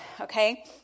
okay